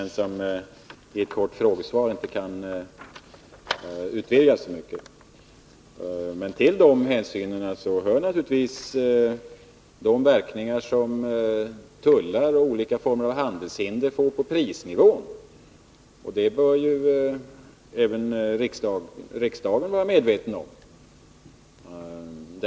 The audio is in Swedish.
I ett kort frågesvar kan man dock inte utveckla dessa synpunkter så mycket. Men till dessa hänsyn hör naturligtvis de verkningar som tullar och olika former av handelshinder får på prisnivån. Det bör även riksdagen vara medveten om.